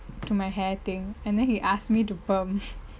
to my hair thing and then he asked me to perm